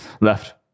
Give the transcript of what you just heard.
left